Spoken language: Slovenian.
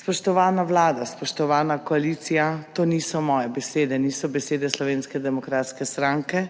Spoštovana vlada, spoštovana koalicija, to niso moje besede, niso besede Slovenske demokratske stranke,